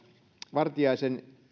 vartiaisen